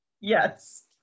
Yes